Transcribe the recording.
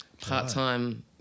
part-time